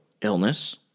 illness